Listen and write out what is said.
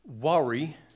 Worry